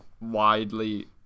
widely